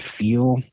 feel